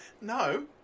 No